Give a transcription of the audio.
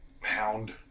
pound